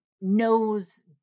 knows